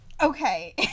Okay